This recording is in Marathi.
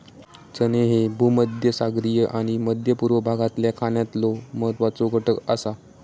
चणे ह्ये भूमध्यसागरीय आणि मध्य पूर्व भागातल्या खाण्यातलो महत्वाचो घटक आसा